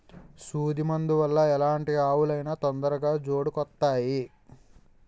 సూదు మందు వల్ల ఎలాంటి ఆవులు అయినా తొందరగా జోడుకొత్తాయి